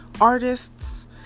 artists